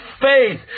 faith